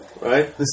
Right